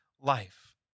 life